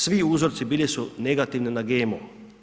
Svi uzorci bili su negativni na GMO.